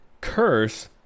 curse